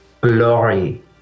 glory